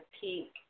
peak